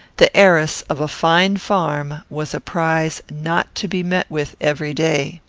the heiress of a fine farm was a prize not to be met with every day.